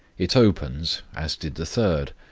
it opens, as did the third,